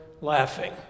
laughing